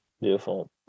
Beautiful